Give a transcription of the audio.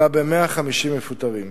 אלא ב-150 מפוטרים,